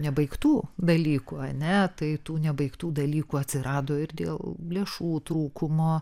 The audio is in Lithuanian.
nebaigtų dalykų na tai tų nebaigtų dalykų atsirado ir dėl lėšų trūkumo